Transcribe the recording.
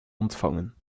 ontvangen